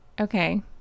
okay